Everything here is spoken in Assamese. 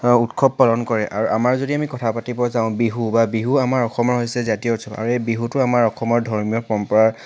উৎসৱ পালন কৰে আৰু আমাৰ যদি আমি কথা পাতিব যাওঁ বিহু বা বিহু আমাৰ অসমৰ হৈছে জাতীয় উৎসৱ আৰু এই বিহুটো আমাৰ অসমৰ ধৰ্মীয় পৰম্পৰা